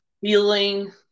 feeling